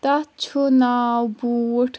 تتھ چھُ ناو بوٗٹھ